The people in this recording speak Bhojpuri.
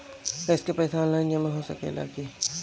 गैस के पइसा ऑनलाइन जमा हो सकेला की?